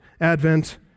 advent